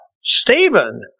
Stephen